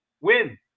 win